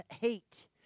hate